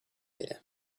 here